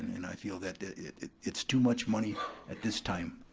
and i feel that it's too much money at this time.